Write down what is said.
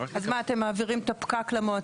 התוכנית צריכה לבוא אליי.